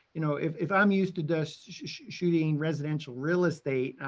you know, if if i'm used to just shooting residential real estate,